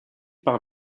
par